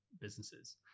businesses